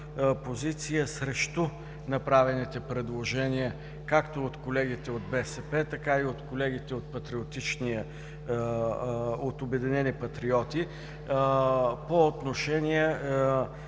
позиция срещу направените предложения както от колегите от БСП, така и от колегите от „Обединени патриоти“ по отношение